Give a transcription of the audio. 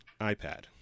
iPad